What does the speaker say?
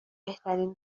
بهترین